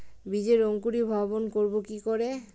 বীজের অঙ্কুরিভবন করব কি করে?